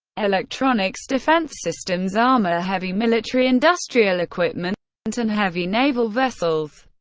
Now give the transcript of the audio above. electronics, defense systems, armor, heavy military industrial equipment and and heavy naval vessels.